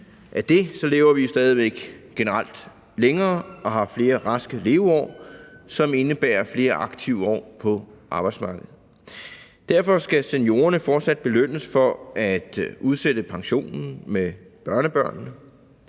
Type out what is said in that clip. af det lever vi jo stadig væk generelt længere og har flere raske leveår, som indebærer flere aktive år på arbejdsmarkedet. Derfor skal seniorerne fortsat belønnes for at udsætte pensionen med børnebørnene.